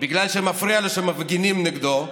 בגלל שמפריע לו שמפגינים נגדו,